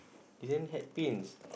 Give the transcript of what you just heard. isn't hat pins